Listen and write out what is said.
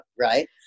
right